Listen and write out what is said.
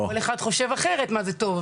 כל אחד חושב אחרת לגבי מה זה טוב,